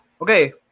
Okay